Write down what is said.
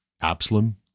Absalom